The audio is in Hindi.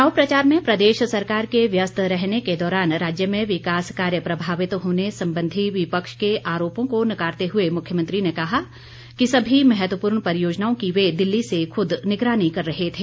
चुनाव प्रचार में प्रदेश सरकार के व्यस्त रहने के दौरान राज्य में विकास कार्य प्रभावित होने संबंधी विपक्ष के आरोपों को नकारते हुए मुख्यमंत्री ने कहा कि सभी महत्वपूर्ण परियोजनाओं की वे दिल्ली से खुद निगरानी कर रहे थे